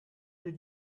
did